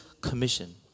commission